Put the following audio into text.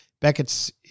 Beckett's